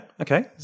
Okay